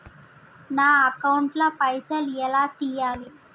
నా అకౌంట్ ల పైసల్ ఎలా తీయాలి?